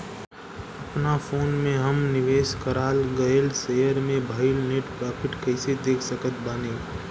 अपना फोन मे हम निवेश कराल गएल शेयर मे भएल नेट प्रॉफ़िट कइसे देख सकत बानी?